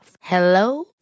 Hello